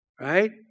Right